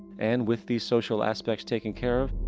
and with these social aspects taking care of,